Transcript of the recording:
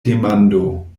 demando